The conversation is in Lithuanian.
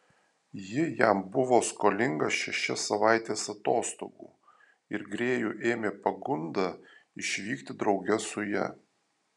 ji jam buvo skolinga šešias savaites atostogų ir grėjų ėmė pagunda išvykti drauge su ja